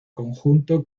conjunto